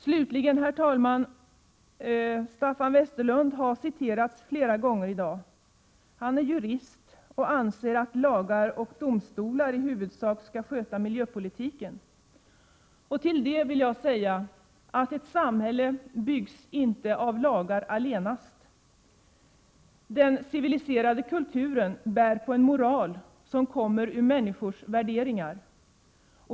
Slutligen, herr talman: Staffan Westerlund har citerats flera gånger i dag. Han är jurist och anser att lagar och domstolar i huvudsak skall sköta miljöpolitiken. Till det vill jag säga att ett samhälle inte byggs av lagar allenast. Den civiliserade kulturen bär på en moral som kommer ur människors värderingar.